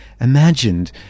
imagined